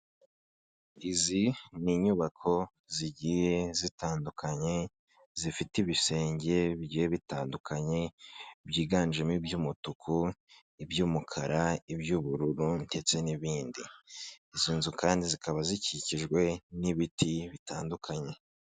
Izi ni inyubako zigiye zitandukanye zifite ibisenge bigiye bitandukanye, byiganjemo iby'umutuku, iby'umukara, iby'ubururu ndetse n'ibindi. Izi nzu kandi zikaba zikikijwe n'ibiti bitandukanye.